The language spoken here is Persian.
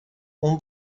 اون